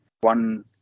one